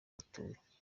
batuye